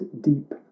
deep